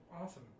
Awesome